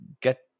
get